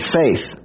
faith